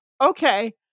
Okay